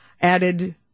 added